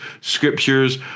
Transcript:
scriptures